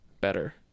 better